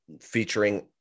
featuring